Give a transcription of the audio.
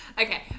Okay